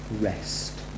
rest